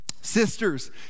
Sisters